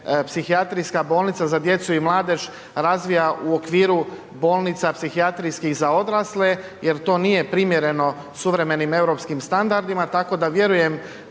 Psihijatrijska bolnica za djecu i mladež razvija u okviru bolnica psihijatrijskih za odrasle jer to nije primjereno suvremenim europskim standardima, tako da vjerujem